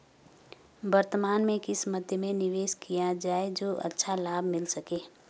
वर्तमान में किस मध्य में निवेश किया जाए जो अच्छा लाभ मिल सके?